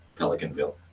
Pelicanville